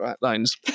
lines